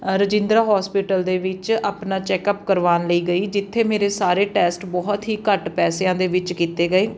ਅ Rajindra hospital ਦੇ ਵਿੱਚ ਆਪਣਾ ਚੈੱਕਅਪ ਕਰਵਾਉਣ ਲਈ ਗਈ ਜਿੱਥੇ ਮੇਰੇ ਸਾਰੇ ਟੈਸਟ ਬਹੁਤ ਹੀ ਘੱਟ ਪੈਸਿਆਂ ਦੇ ਵਿੱਚ ਕੀਤੇ ਗਏ